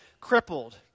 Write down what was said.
crippled